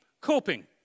coping